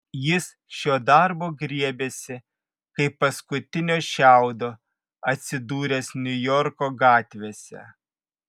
jis šio darbo griebėsi kaip paskutinio šiaudo atsidūręs niujorko gatvėse